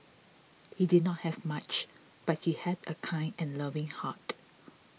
he did not have much but he had a kind and loving heart